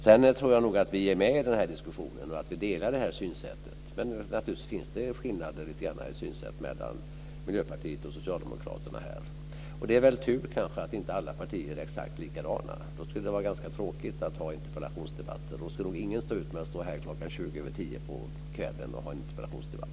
Jag tror nog att vi är med i den här diskussionen och att vi delar synsättet i fråga men naturligtvis finns det lite skillnader i synsättet mellan Miljöpartiet och Socialdemokraterna och det är väl tur att inte alla partier är exakt likadana. Då skulle det vara ganska tråkigt att ha interpellationsdebatter och då skulle nog ingen stå ut med att stå här kl. 22.20 och ha en interpellationsdebatt.